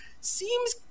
seems